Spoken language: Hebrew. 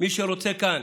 מי שרוצה כאן